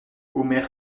omer